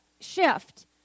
shift